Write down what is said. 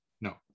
No